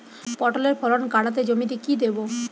পটলের ফলন কাড়াতে জমিতে কি দেবো?